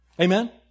Amen